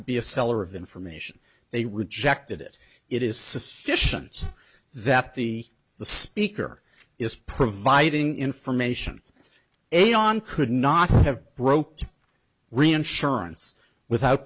to be a seller of information they rejected it it is suspicions that the the speaker is providing information a on could not have broke to reinsurance without